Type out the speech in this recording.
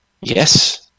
Yes